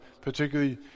particularly